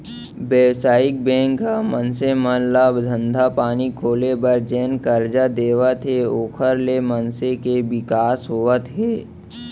बेवसायिक बेंक ह मनसे मन ल धंधा पानी खोले बर जेन करजा देवत हे ओखर ले मनसे के बिकास होवत हे